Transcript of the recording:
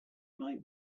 might